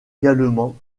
également